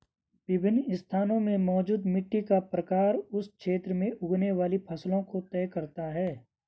विभिन्न स्थानों में मौजूद मिट्टी का प्रकार उस क्षेत्र में उगने वाली फसलों को तय करता है